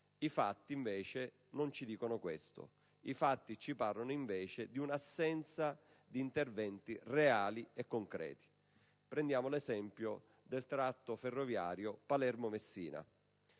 I fatti invece non ci dicono questo. Ci parlano invece di un'assenza di interventi reali e concreti. Prendiamo l'esempio della linea ferroviaria Palermo-Messina.